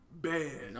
bad